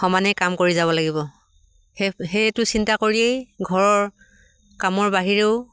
সমানে কাম কৰি যাব লাগিব সেই সেইটো চিন্তা কৰিয়েই ঘৰৰ কামৰ বাহিৰেও